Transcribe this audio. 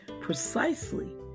precisely